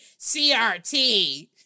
CRT